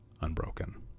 unbroken